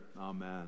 Amen